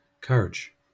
Courage